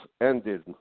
ended